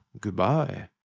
Goodbye